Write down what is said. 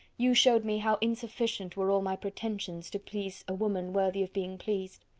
you showed me how insufficient were all my pretensions to please a woman worthy of being pleased.